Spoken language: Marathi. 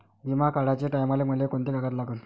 बिमा काढाचे टायमाले मले कोंते कागद लागन?